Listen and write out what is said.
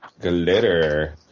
Glitter